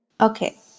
Okay